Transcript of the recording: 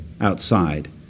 outside